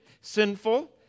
sinful